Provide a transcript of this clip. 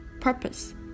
purpose